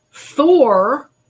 Thor